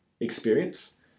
experience